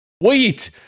wait